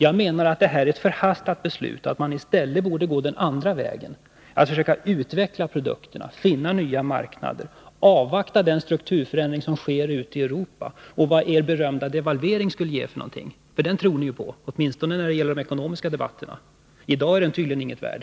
Jag menar att det här gäller ett förhastat beslut och att man i stället borde gå den andra vägen, nämligen att försöka utveckla produkterna och finna nya marknader och avvakta den strukturförändring som sker ute i Europa och vad er berömda devalvering skulle ge för någonting, ty den tror ni på, åtminstone när det gäller de ekonomiska debatterna. I dag är den tydligen inget värd.